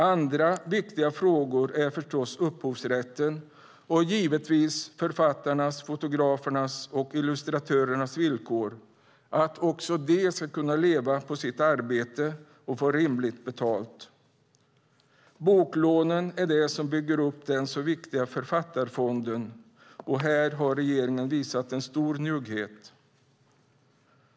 Andra viktiga frågor är förstås upphovsrätten och givetvis författarnas, fotografernas, och illustratörernas villkor. Också de ska kunna leva av sitt arbete och få rimligt betalt. Boklånen bygger upp den så viktiga Författarfonden, och här har regeringen visat stor njugghet.